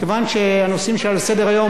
כיוון שהנושאים שעל סדר-היום,